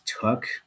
took